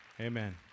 Amen